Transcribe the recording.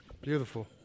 Beautiful